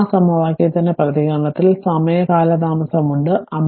ആ സമവാക്യത്തിന്റെ പ്രതികരണത്തിൽ സമയ കാലതാമസമുണ്ട് 57